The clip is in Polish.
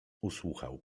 usłuchał